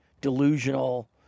delusional